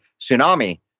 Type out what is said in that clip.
tsunami